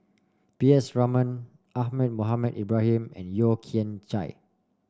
P S Raman Ahmad Mohamed Ibrahim and Yeo Kian Chye